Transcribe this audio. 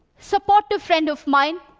supportive friend of mine,